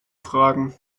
fragen